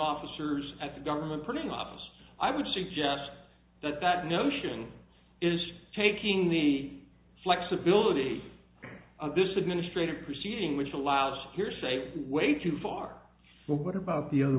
officers at the government printing office i would suggest that that notion is taking the flexibility of this administrative proceeding which allows hearsay way too far but what about the other